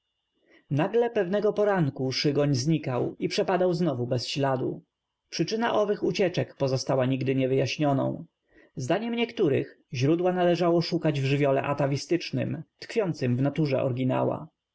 nagle pew nego poranku szygoń znikał i przepadał znow u bez śladu przyczyna ow ych ucieczek pozostała nigdy niew yjaśnioną zdaniem niektórych źródła należało szukać w żywiole ataw istycznym tkw iącym w naturze o